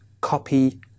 copy